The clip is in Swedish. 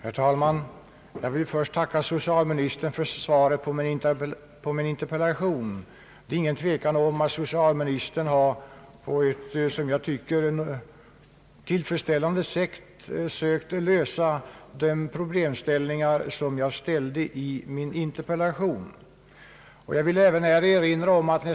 Herr talman! Jag tackar socialministern för svaret på min interpellation. Socialministern har på ett som jag tycker tillfredsställande sätt sökt lösa de problemställningar, som jag tog upp i min interpellation.